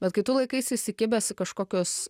bet kai tu laikaisi įsikibęs į kažkokius